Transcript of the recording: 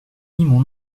mon